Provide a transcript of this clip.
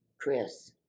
Chris